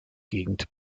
gegend